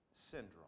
syndrome